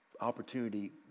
opportunity